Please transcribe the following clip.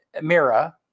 Mira